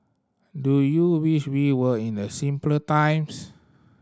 do you wish we were in a simpler times